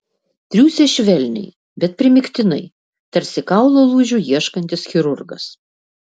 triūsė švelniai bet primygtinai tarsi kaulo lūžių ieškantis chirurgas